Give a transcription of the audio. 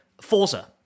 Forza